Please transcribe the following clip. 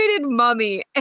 mummy